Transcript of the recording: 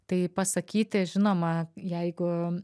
tai pasakyti žinoma jeigu